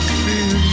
feel